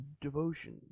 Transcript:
devotion